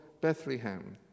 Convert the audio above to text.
Bethlehem